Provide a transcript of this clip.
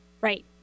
Right